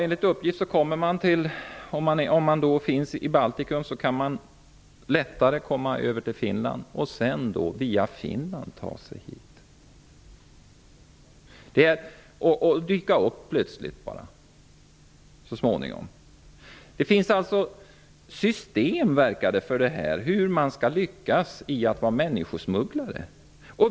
Enligt uppgift är det lättare att från Baltikum komma till Finland. Därifrån kan man sedan ta sig hit. Man kan plöstligt bara dyka upp. Det verkar alltså finnas system för människosmugglare.